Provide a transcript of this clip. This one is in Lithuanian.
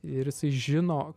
ir isai žino